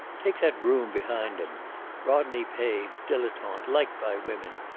take that room behind him rodney page, dilettante, liked by women,